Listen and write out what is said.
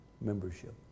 membership